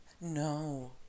No